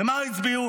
ומה הצביע?